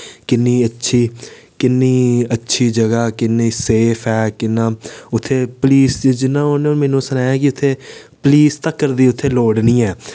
किन्नी अच्छी किन्नी अच्छी जगह किन्नी सेफ ऐ किन्ना उत्थै पुलस दी जिन्ना उ'नै मेनू सनाया कि उत्थै पुलस तक्कर दी उत्थै लोड़ निं ऐ